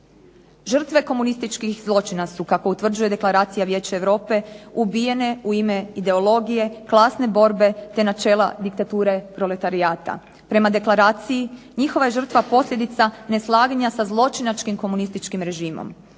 Žrtve komunističkih zločina su kako utvrđuje Deklaracija Vijeća Europe ubijene u ime ideologije, klasne borbe, te načela diktature i ploretarijata. Prema deklaraciji njihova je žrtva posljedica neslaganja sa zločinačkim komunističkim režimom.